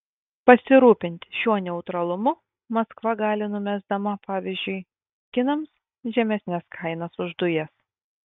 pasirūpinti šiuo neutralumu maskva gali numesdama pavyzdžiui kinams žemesnes kainas už dujas